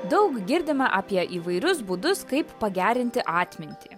daug girdime apie įvairius būdus kaip pagerinti atmintį